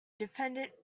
defendant